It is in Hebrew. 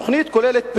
התוכנית כוללת 'פירוק'